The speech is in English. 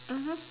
mmhmm